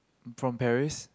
from Paris